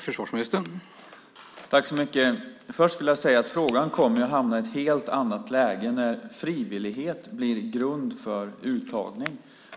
Herr talman! Låt mig börja med att säga att frågan kommer att hamna i ett helt annat läge när frivillighet blir grund för uttagning.